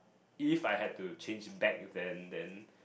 if I had to change back then then